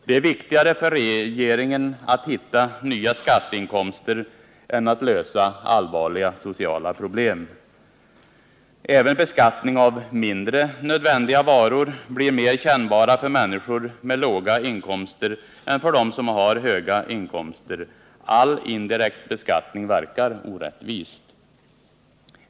Det är viktigare för regeringen att hitta nya skatteinkomster än att lösa allvarliga sociala problem. Även beskattning av mindre nödvändiga varor blir mer kännbar för människor med låga inkomster än för dem som har höga inkomster. All indirekt beskattning verkar orättvis.